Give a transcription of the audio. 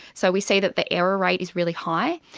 so we see that the error rate is really high.